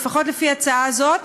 לפחות לפי ההצעה הזאת,